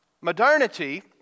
modernity